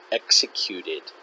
executed